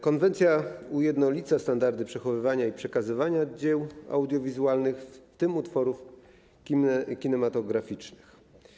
Konwencja ujednolica standardy przechowywania i przekazywania dzieł audiowizualnych, w tym utworów kinematograficznych.